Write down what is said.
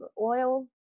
oil